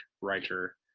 writer